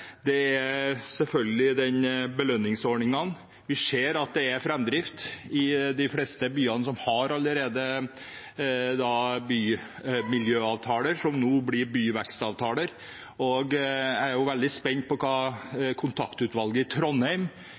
Det er selvfølgelig belønningsordningene. Vi ser at det er framdrift i de fleste av byene som allerede har bymiljøavtaler, som nå blir byvekstavtaler. Jeg er veldig spent på hva kontaktutvalget i Trondheim,